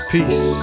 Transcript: Peace